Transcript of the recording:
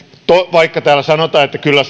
vaikka täällä sanotaan että kyllä